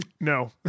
No